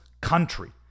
country